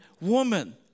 woman